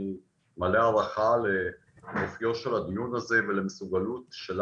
אני מלא הערכה לאופיו של הדיון הזה ולמסוגלות,